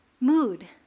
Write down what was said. mood